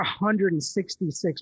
166